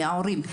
מההורים,